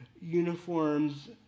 uniforms